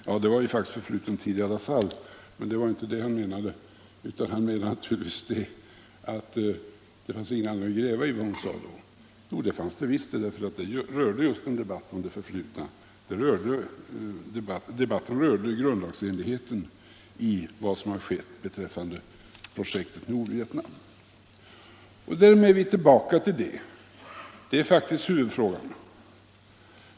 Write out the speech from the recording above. Ja, det var ju faktiskt förfluten tid i alla fall, men det var inte det herr Svensson menade, utan han menade naturligtvis att det fanns ingen anledning att gräva i vad fru Sigurdsen sagt. Men det fanns det visst, för debatten rörde just det förflutna — den rörde grundlagsenligheten i vad som har skett beträffande projektet i Nordvietnam. Och därmed är vi tillbaka till vad som faktiskt är huvudfrågan.